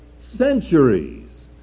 centuries